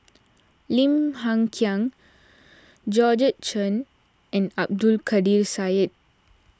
Lim Hng Kiang Georgette Chen and Abdul Kadir Syed